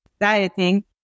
dieting